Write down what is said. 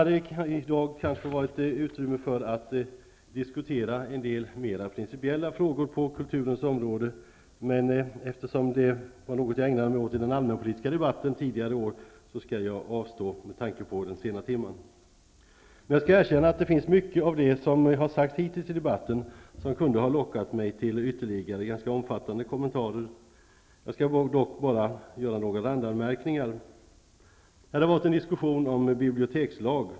Det hade varit intressant att diskutera en del mer principiella frågor på kulturens område. Men eftersom det var något som jag ägnade mig åt vid den allmänpolitiska debatten tidigare i år skall jag, med tanke på den sena timmen, avstå. Jag skall emellertid erkänna att det finns mycket i det som hittills har sagts i debatten som kunde ha lockat mig till ytterligare ganska omfattande kommentarer. Jag skall dock göra bara några randanmärkningar. Det har förts en diskussion om en bibliotekslag.